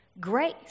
grace